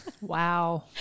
Wow